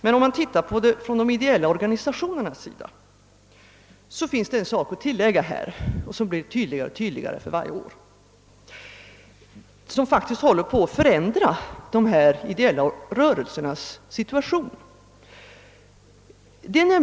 Men om man ser på det från de ideella organisationernas synpunkt finns det en sak att tillägga, som blir allt tydligare för varje år och som faktiskt håller på att förändra de ideella rörelsernas situation.